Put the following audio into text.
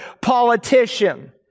politician